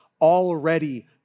already